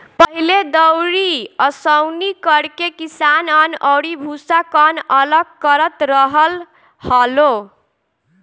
पहिले दउरी ओसौनि करके किसान अन्न अउरी भूसा, कन्न अलग करत रहल हालो